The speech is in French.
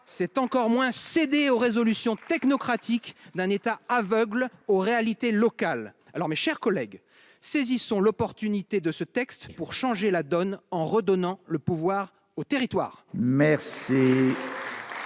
c'est encore moins cédé aux résolutions technocratique d'un État aveugle aux réalités locales alors, mes chers collègues, saisissons l'opportunité de ce texte pour changer la donne en redonnant le pouvoir aux territoires. Merci.